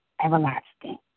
everlasting